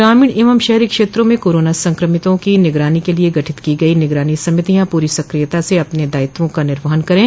ग्रामीण एवं शहरी क्षेत्रों में कोरोना संक्रमितों की निगरानी के लिए गठित की गई निगरानी समितियां पूरी सक्रियता से अपने दायित्वों का निर्वहन करें